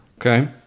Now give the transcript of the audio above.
Okay